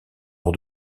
hors